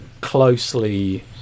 closely